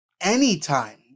anytime